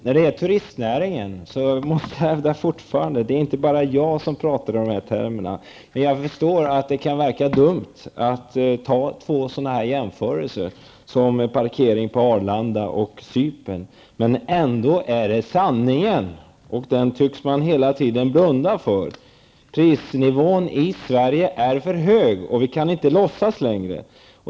När det gäller turistnäringen hävdar jag fortfarande att det inte bara är jag som talar i dessa termer, men jag förstår att det kan verka dumt att göra en sådan jämförelse som parkeringen på Arlanda och hyrbilen på Cypern. Men det är ändå sanningen! Den tycks man hela tiden blunda för. Prisnivån i Sverige är för hög, och vi kan inte låtsas längre.